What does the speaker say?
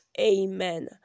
amen